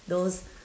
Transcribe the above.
those